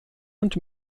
und